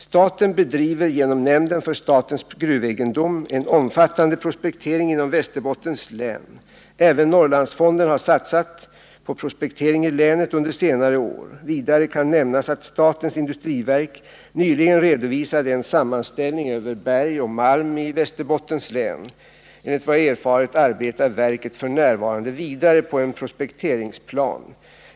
Staten bedriver genom nämnden för statens gruvegendom en omfattande prospektering inom Västerbottens län. Även Norrlandsfonden har satsat på prospektering i länet under senare år. Vidare kan nämnas att statens industriverk nyligen redovisade en sammanställning över berg och malm i Västerbottens län. Enligt vad jag erfarit arbetar verket f.n. vidare på en prospekteringsplan.